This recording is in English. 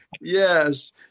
Yes